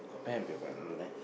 got pen and paper or not there